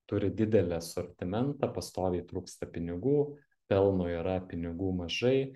turi didelį asortimentą pastoviai trūksta pinigų pelno yra pinigų mažai